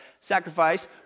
sacrifice